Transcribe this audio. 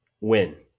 Win